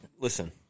listen